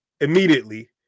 immediately